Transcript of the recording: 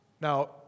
Now